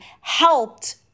helped